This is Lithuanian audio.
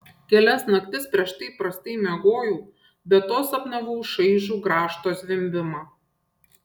kelias naktis prieš tai prastai miegojau be to sapnavau šaižų grąžto zvimbimą